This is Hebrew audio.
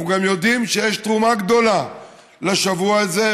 אנחנו גם יודעים שיש תרומה גדולה לשבוע הזה,